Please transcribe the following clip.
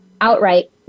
outright